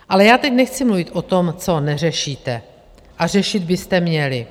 Ale teď nechci mluvit o tom, co neřešíte a řešit byste měli.